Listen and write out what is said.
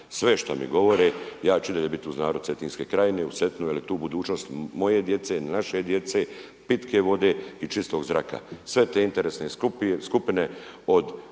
sve što mi govore ja ću i dalje biti uz narod Cetinske krajine i uz Cetinu jel tu je budućnost moje djece, naše djece, pitke vode i čistog zraka. Sve te interesne skupine od